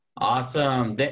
Awesome